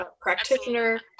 practitioner